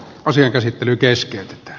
asian käsittely keskeytetään